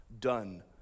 Done